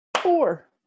four